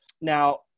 Now